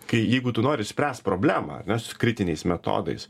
kai jeigu tu nori spręst problemą ar ne s kritiniais metodais